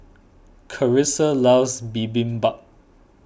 Carisa loves Bibimbap